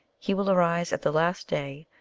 he will arise at the last day,